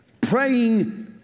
praying